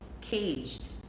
CAGED